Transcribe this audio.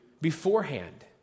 beforehand